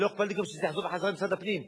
ולא אכפת לי גם שזה יחזור למשרד הפנים,